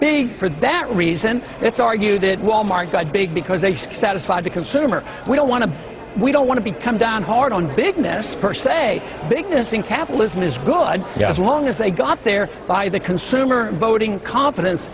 big for that reason it's argued that wal mart got big because they satisfied the consumer we don't want to i don't want to be come down hard on big ness per se big news in capitalism is good yes long as they got there by the consumer voting co